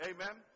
Amen